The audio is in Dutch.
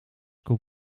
komt